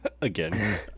Again